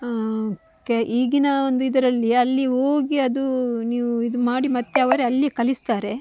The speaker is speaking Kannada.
ಕೆ ಈಗಿನ ಒಂದು ಇದರಲ್ಲಿ ಅಲ್ಲಿ ಹೋಗಿ ಅದು ನೀವು ಇದು ಮಾಡಿ ಮತ್ತೆ ಅವರೇ ಅಲ್ಲಿಯೇ ಕಳಿಸ್ತಾರೆ